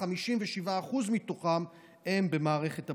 57% הם במערכת הבריאות.